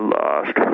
lost